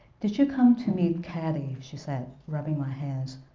did you come to meet caddy she said rubbing my hands.